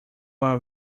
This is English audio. are